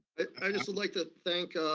i just would like to thank